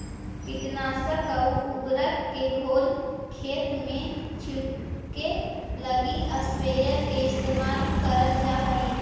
कीटनाशक आउ उर्वरक के घोल खेत में छिड़ऽके लगी स्प्रेयर के इस्तेमाल करल जा हई